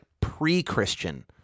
pre-Christian